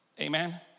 Amen